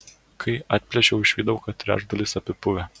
kai atplėšiau išvydau kad trečdalis apipuvę